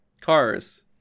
cars